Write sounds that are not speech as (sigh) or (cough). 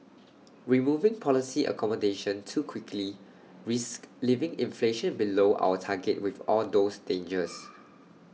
removing policy accommodation too quickly risks leaving inflation below our target with all those dangers (noise)